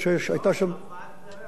הוועד בירר,